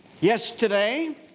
yesterday